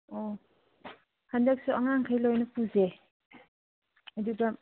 ꯑꯣ ꯍꯟꯗꯛꯁꯨ ꯑꯉꯥꯡꯈꯩ ꯂꯣꯏꯅ ꯄꯨꯁꯦ ꯑꯗꯨꯒ